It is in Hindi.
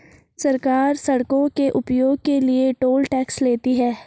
सरकार सड़कों के उपयोग के लिए टोल टैक्स लेती है